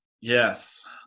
yes